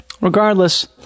Regardless